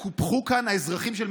להיות.